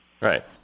Right